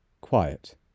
Quiet